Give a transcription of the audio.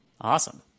Awesome